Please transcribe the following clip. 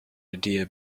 idea